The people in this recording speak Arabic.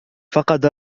فقد